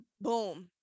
boom